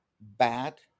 bad